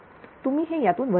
तुम्ही हे यातून वजा करा